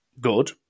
good